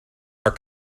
are